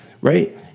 right